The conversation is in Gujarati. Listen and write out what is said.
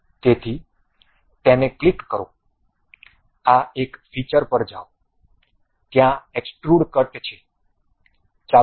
તેથી તેને ક્લિક કરો આ એક ફીચર પર જાઓ ત્યાં એક્સ્ટ્રુડ કટ છે